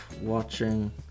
watching